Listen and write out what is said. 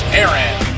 Aaron